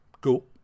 Cool